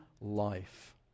life